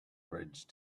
bridge